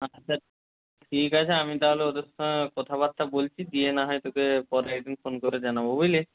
আচ্ছা ঠিক আছে আমি তাহলে ওদের সঙ্গে কথাবার্তা বলছি দিয়ে না হয় তোকে পরে একদিন ফোন করে জানাবো বুঝলি